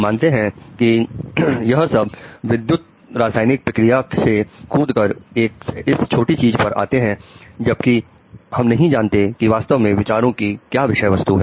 मानते हैं कि यह सब विद्युत रासायनिक क्रिया से कूदकर एस छोटी चीज पर आते हैं जबकि हम नहीं जानते हैं कि वास्तव में विचारों की क्या विषय वस्तु है